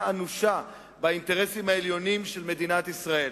אנושה באינטרסים העליונים של מדינת ישראל.